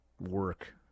work